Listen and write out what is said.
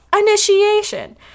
initiation